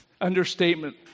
understatement